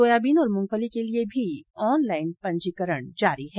soybean और मूंगफली के लिये भी ऑनलाईन पंजीकरण जारी है